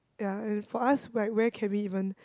ya and for us where where can we even